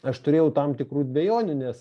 aš turėjau tam tikrų dvejonių nes